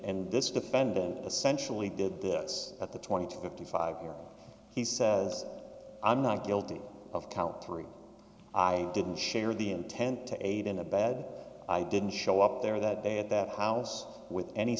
and this defendant essentially did this at the twenty two fifty five hearing he says i'm not guilty of count three i didn't share the intent to aid in a bad i didn't show up there that day at that house with any